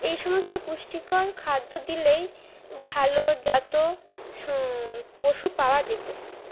এই সমস্ত পুষ্টিকর খাদ্য দিলেই ভালো জাত পশু পাওয়া যেত